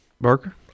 Barker